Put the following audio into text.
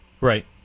right